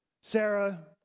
Sarah